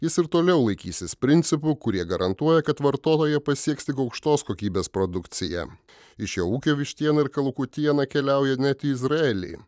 jis ir toliau laikysis principų kurie garantuoja kad vartotoją pasieks tik aukštos kokybės produkcija iš jo ūkio vištiena ir kalakutiena keliauja net į izraelį